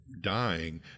dying